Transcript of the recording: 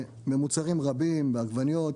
במוצרים רבים: בעגבניות,